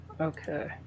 Okay